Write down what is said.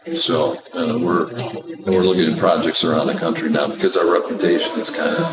so and we're and we're looking at and projects around the country now because our reputation has kind of